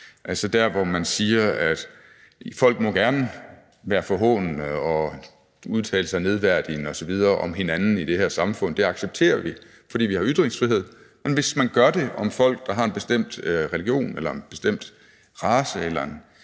altså der, hvor man siger, at folk gerne må være forhånende og udtale sig nedværdigende osv. om hinanden i det her samfund, det accepterer vi, fordi vi har ytringsfrihed, men at hvis man gør det om folk, der har en bestemt religion eller en bestemt race eller en